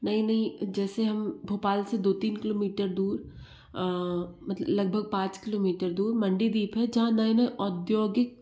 नई नई जैसे हम भोपाल से दो तीन किलोमीटर दूर लगभग पाँच किलोमीटर दूर मंडीदीप है नए नए औद्योगिक